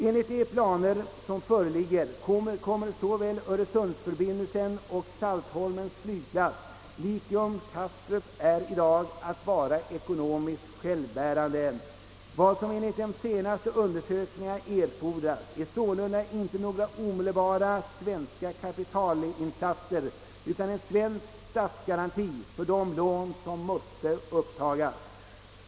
Enligt de planer som föreligger kommer såväl öresundsförbindelsen som Saltholms flygplats att vara ekonomiskt självbärande på samma sätt som Kastrup. Vad som enligt de senaste undersökningarna erfordras är således inte några omedelbara svenska kapitalinsatser utan en svensk statsgaranti för de lån som måste upptagas.